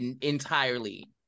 entirely